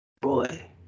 boy